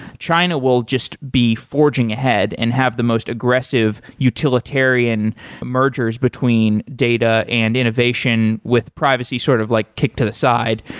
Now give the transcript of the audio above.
china will just be forging ahead and have the most aggressive utilitarian mergers between data and innovation with privacy sort of like kick to the side.